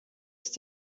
ist